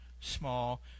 small